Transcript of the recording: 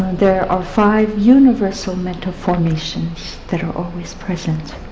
there are five universal mental formations that are always present.